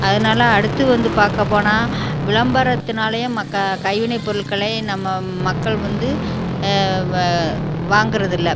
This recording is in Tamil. அதனால் அடுத்து வந்து பார்க்கப்போனா விளம்பரத்தினாலயே மக்கள் கைவினைப் பொருட்களை நம்ம மக்கள் வந்து வ வாங்குகிறது இல்லை